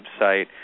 website